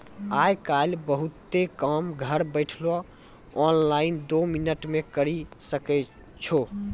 आय काइल बहुते काम घर बैठलो ऑनलाइन दो मिनट मे करी सकै छो